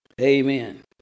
Amen